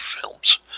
films